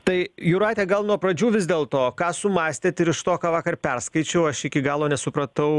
tai jūrate gal nuo pradžių vis dėl to ką sumąstėt ir iš to ką vakar perskaičiau aš iki galo nesupratau